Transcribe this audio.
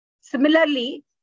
Similarly